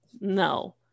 no